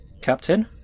Captain